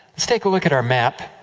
so like a look at our map.